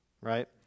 Right